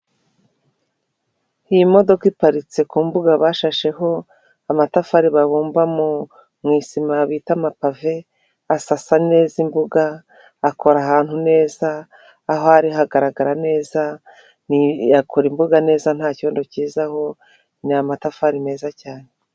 Iyi modoka iparitse ku mbuga bashasheho amatafari babumba mu isima bita amapave asasa neza imbuga akora ahantu neza aho ari hagaragara neza akora imbuga neza nta cyondo kizaho ni amatafari meza cyane.